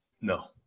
No